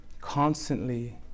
Constantly